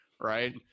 right